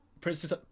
Princess